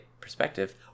perspective